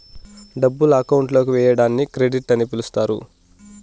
డబ్బులు అకౌంట్ లోకి వేయడాన్ని క్రెడిట్ అని పిలుత్తారు